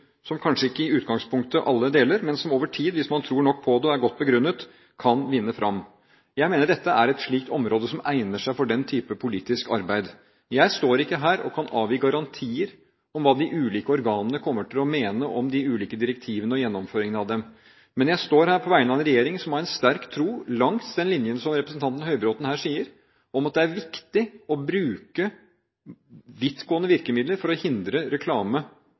som kanskje ikke alle i utgangspunktet deler, men som over tid, hvis man tror nok på det og det er godt begrunnet, kan vinne fram. Jeg mener dette er et slikt område som egner seg for den typen politisk arbeid. Jeg står ikke her og kan avgi garantier om hva de ulike organene kommer til å mene om de ulike direktivene og gjennomføringen av dem, men jeg står her på vegne av en regjering som har en sterk tro på den linjen, som representanten Høybråten her sier, med å bruke vidtgående virkemidler for å hindre reklame